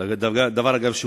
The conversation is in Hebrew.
אגב,